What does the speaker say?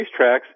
racetracks